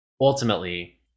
ultimately